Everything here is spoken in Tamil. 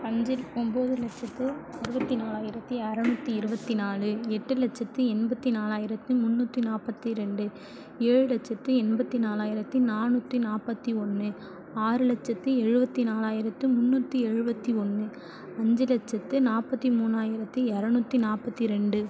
அஞ்சு ஒம்பது லட்சத்து இருபத்தி நாலாயிரத்தி அறுநூத்தி இருபத்தி நாலு எட்டு லட்சத்தி எண்பத்தி நாலாயிரத்தி முந்நூற்றி நாற்பத்தி ரெண்டு ஏழு லட்சத்தி எண்பத்தி நாலாயிரத்தி நானூற்றி நாற்பத்தி ஒன்று ஆறு லட்சத்தி எழுபத்தி நாலாயிரத்து முந்நூற்றி எழுபத்தி ஒன்று அஞ்சு லட்சத்து நாற்பத்தி மூணாயிரத்தி இரநூத்தி நாற்பத்தி ரெண்டு